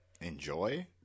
enjoy